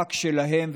המאבק שלהם ושלנו,